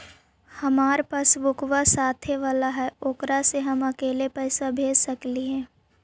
हमार पासबुकवा साथे वाला है ओकरा से हम अकेले पैसावा भेज सकलेहा?